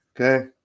okay